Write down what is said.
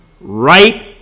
right